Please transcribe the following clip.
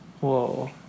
whoa